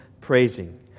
praising